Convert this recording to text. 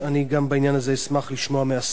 גם בעניין הזה אשמח לשמוע מהשר.